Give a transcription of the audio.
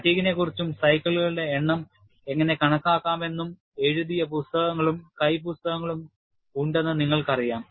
fatigue ഇനെകുറിച്ചും സൈക്കിളുകളുടെ എണ്ണം എങ്ങനെ കണക്കാക്കാമെന്നും എഴുതിയ പുസ്തകങ്ങളും കൈപ്പുസ്തകങ്ങളും ഉണ്ടെന്ന് നിങ്ങൾക്കറിയാം